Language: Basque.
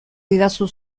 didazu